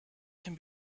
can